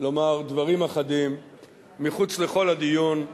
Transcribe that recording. לומר דברים אחדים מחוץ לכל הדיון,